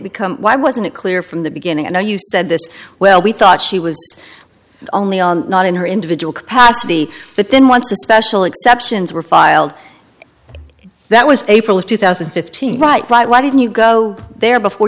become why wasn't it clear from the beginning i know you said this well we thought she was only on not in her individual capacity but then once a special exceptions were filed that was april of two thousand and fifteen right right why didn't you go there before